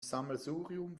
sammelsurium